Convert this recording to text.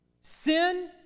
sin